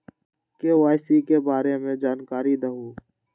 KYC के बारे में जानकारी दहु?